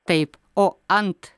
taip o ant